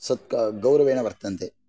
गौरवेन वर्तन्ते